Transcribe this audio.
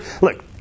look